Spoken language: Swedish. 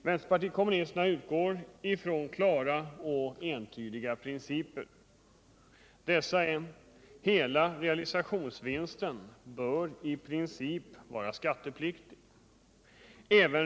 Vänsterpartiet kommunisterna utgår från klara och entydiga principer. Dessa är: : Hela realisationsvinsten bör i princip vara skattepliktig.